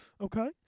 Okay